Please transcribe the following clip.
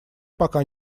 пока